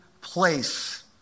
place